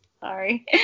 sorry